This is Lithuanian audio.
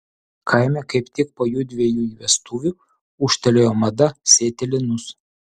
kaime kaip tik po jųdviejų vestuvių ūžtelėjo mada sėti linus